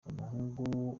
umuhungu